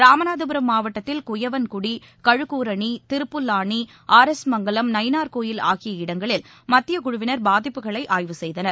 ராமநாதபுரம் மாவட்டத்தில் Kuyavankudi Kazhugoorani Thiruppullani R S Mangalam Nainar Koil ஆகிய இடங்களில் மத்தியக் குழுவினர் பாதிப்புகளை ஆய்வு செய்தனர்